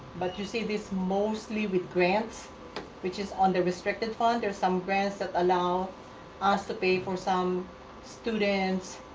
but you see this mostly with grants which is on the restricted fund. there's some grants that allow us to pay for some students'